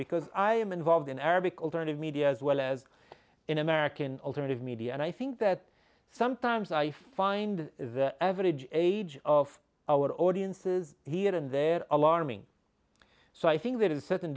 because i am involved in arabic alternative media as well as in american alternative media and i think that sometimes i find the average age of our audiences here and there alarming so i think there is a certain